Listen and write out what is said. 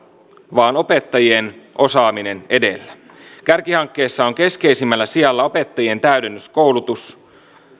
vaan opettajien osaaminen edellä kärkihankkeessa on keskeisimmällä sijalla opettajien täydennyskoulutus